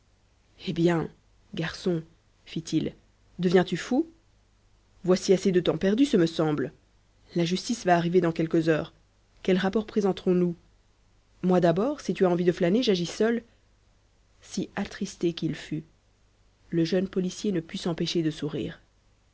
eh bien garçon fit-il deviens-tu fou voici assez de temps perdu ce me semble la justice va arriver dans quelques heures quel rapport présenterons nous moi d'abord si tu as envie de flâner j'agis seul si attristé qu'il fût le jeune policier ne put s'empêcher de sourire